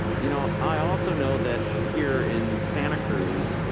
you know, i also know that here in santa cruz,